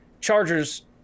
Chargers